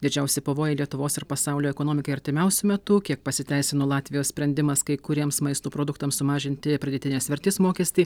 didžiausi pavojai lietuvos ir pasaulio ekonomikai artimiausiu metu kiek pasiteisino latvijos sprendimas kai kuriems maisto produktams sumažinti pridėtinės vertės mokestį